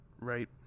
right